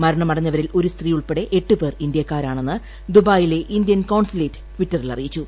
മരണമടഞ്ഞവരിൽ ഒരു സ്ത്രീ ഉൾപ്പെടെ എട്ട് പേർ ഇന്ത്യാക്കാരാണ് എന്ന് ദുബായിലെ ഇന്ത്യൻ കോൺസുലേറ്റ് ടിറ്ററിൽ അറിയിച്ചു